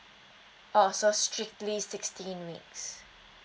oh so strictly sixteen weeks